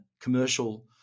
commercial